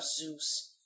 zeus